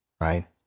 Right